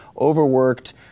overworked